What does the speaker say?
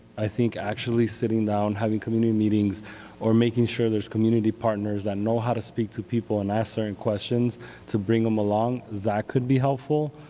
i think actually sitting down having community meetings or making sure there's community partners that know how to speak to people and ask certain questions to bring them along, that could be helpful.